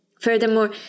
Furthermore